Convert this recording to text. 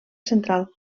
central